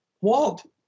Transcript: Walt